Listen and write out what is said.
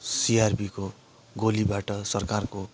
सिआरपीको गोलीबाट सरकारको